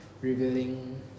revealing